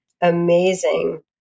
amazing